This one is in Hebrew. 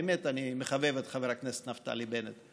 באמת אני מחבב את חבר הכנסת נפתלי בנט.